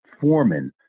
Foreman